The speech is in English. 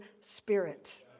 spirit